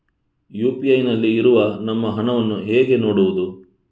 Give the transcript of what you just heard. UPI ನಲ್ಲಿ ಇರುವ ನಮ್ಮ ಹಣವನ್ನು ಹೇಗೆ ನೋಡುವುದು?